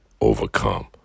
overcome